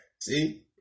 See